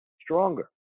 stronger